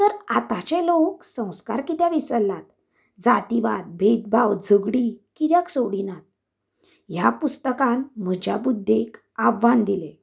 तर आताचे लोक संस्कार कित्याक विसरलात जातीवाद भेद भाव झगडीं कित्याक सोडिनात ह्या पुस्तकान म्हज्या बुद्दीक आव्हान दिलें